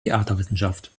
theaterwissenschaft